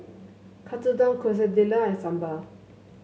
Katsudon Quesadillas and Sambar